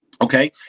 Okay